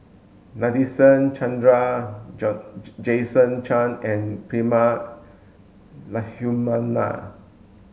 Nadasen Chandra Jason Chan and Prema Letchumanan